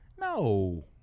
No